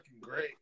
great